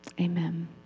Amen